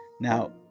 now